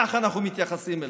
ככה אנחנו מתייחסים אליהם.